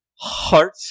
heart